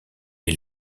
est